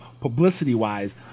publicity-wise